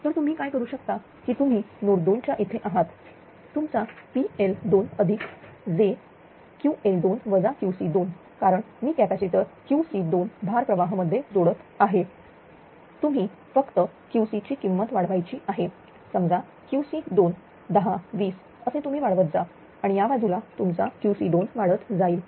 तर तुम्ही काय करू शकता की तुम्ही नोड 2 च्या इथे आहात तुमचा PL2j कारण मी कॅपॅसिटर QC2भार प्रवाह मध्ये जोडत आहे तुम्ही फक्त QC ची किंमत वाढवायची आहे समजा QC2 10 20 असे तुम्ही वाढवत जा आणि या बाजूला तुमचा QC2 वाढत जाईल